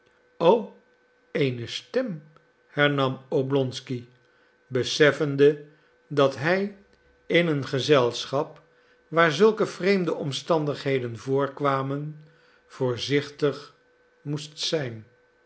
o eene stem hernam oblonsky beseffende dat hij in een gezelschap waar zulke vreemde omstandigheden voorkwamen voorzichtig moest zijn